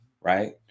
Right